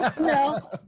No